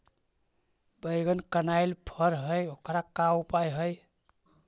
बैगन कनाइल फर है ओकर का उपाय है?